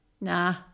Nah